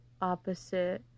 opposite